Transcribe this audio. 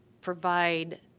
provide